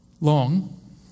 long